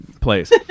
place